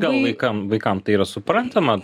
gal vaikam vaikam tai yra suprantama